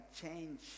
change